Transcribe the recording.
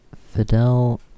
Fidel